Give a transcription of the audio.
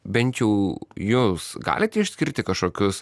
bent jau jus galite išskirti kažkokius